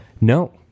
No